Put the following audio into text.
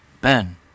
ben